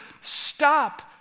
stop